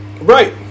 Right